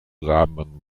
rammen